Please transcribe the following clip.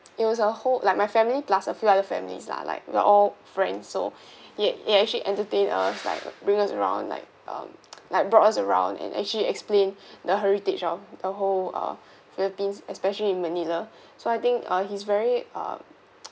it was a whole like my family plus a few other families lah like we're all friends so he he actually entertain us like bring us around like um like brought us around and actually explain the heritage of the whole uh philippines especially in manila so I think uh he's very uh